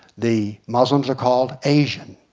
the muslims are called asian.